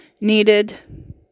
needed